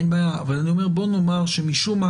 אין בעיה, אבל אני אומר, בואו נאמר שמשום מה